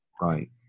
Right